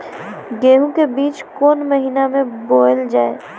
गेहूँ के बीच कोन महीन मे बोएल जाए?